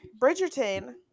Bridgerton